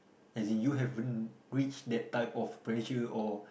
as in you haven't reach that type of pressure or